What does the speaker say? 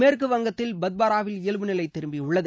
மேற்கு வங்கத்தில் பத்பாராவில் இயல்புநிலை திரும்பியுள்ளது